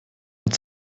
hat